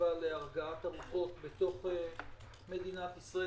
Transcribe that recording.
והתקווה להרגעת הרוחות בתוך מדינת ישראל